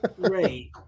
Great